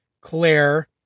Claire